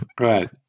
Right